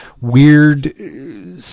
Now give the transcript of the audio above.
weird